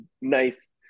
nice